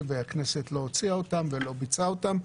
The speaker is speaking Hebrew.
והכנסת לא הוציאה אותם ולא ביצעה אותם.